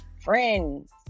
friends